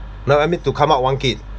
no I mean to come out one kid